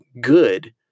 good